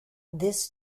this